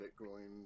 bitcoin